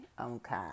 okay